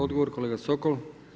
Odgovor kolega Sokol.